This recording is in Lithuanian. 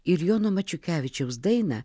ir jono mačiukevičiaus dainą